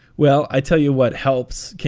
well, i tell you what helps.